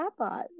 chatbot